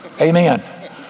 Amen